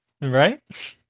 right